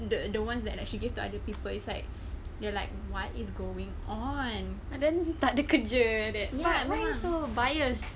the the ones that like she give to other people it's like you're like what is going on ya